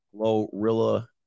Glorilla